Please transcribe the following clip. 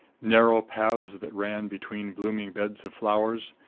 narrow paths that ran between blooming beds of flowers,